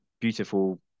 beautiful